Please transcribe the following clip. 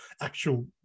actual